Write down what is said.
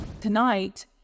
Tonight